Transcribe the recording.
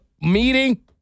meeting